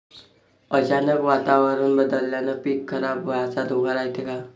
अचानक वातावरण बदलल्यानं पीक खराब व्हाचा धोका रायते का?